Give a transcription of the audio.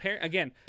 again